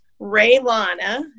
raylana